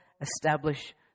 establish